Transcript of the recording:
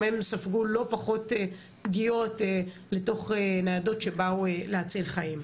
הם ספגו לא פחות פגיעות לתוך ניידות שבאו להציל חיים.